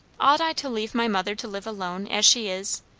ought i to leave my mother to live alone, as she is?